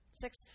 Six